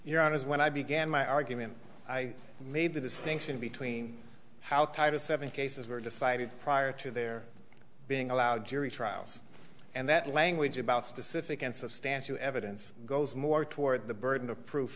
you're on is when i began my argument i made the distinction between how tight a seven cases were decided prior to their being allowed jury trials and that language about specific and substantial evidence goes more toward the burden of proof